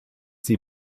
sie